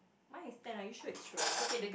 mine is ten are you sure it's twelve